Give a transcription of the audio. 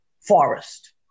forest